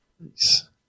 Nice